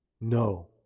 No